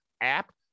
app